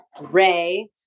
Ray